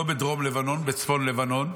לא בדרום לבנון, בצפון לבנון,